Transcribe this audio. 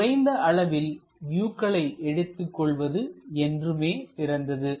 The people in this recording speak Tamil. குறைந்த அளவில் வியூக்களை எடுத்துக்கொள்வது என்றுமே சிறந்தது